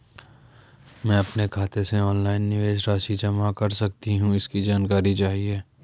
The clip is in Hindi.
मैं अपने खाते से ऑनलाइन निवेश राशि जमा कर सकती हूँ इसकी जानकारी चाहिए?